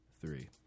three